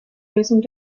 lösung